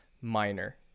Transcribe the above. minor